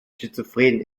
schizophren